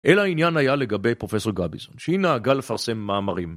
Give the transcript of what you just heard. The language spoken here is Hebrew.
אלא העניין היה לגבי פרופסור גביזון, שהיא נהגה לפרסם מאמרים